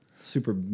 super